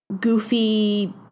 goofy